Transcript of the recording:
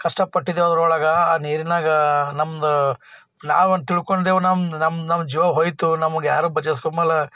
ಕಷ್ಟಪಟ್ಟಿದ್ದೆವು ಅದ್ರೊಳಗೆ ಆ ನೀರಿನಾಗ ನಮ್ಮದು ನಾವೊಂದು ತಿಳ್ಕೊಂಡೆವು ನಮ್ಮ ನಮ್ಮ ನಮ್ಮ ಜೀವ ಹೋಯಿತು ನಮ್ಗೆ ಯಾರು ಬಚಾಯಿಸ್ಕೊಳಲ್ಲ